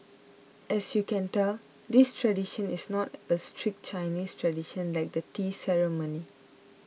as you can tell this tradition is not a strict Chinese tradition like the tea ceremony